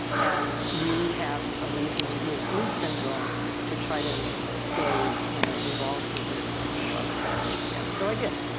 and you have a reason, with lynch syndrome to try to stay you know involved with this drug as best you can. so i did.